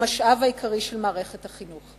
המשאב העיקרי של מערכת החינוך.